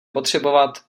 potřebovat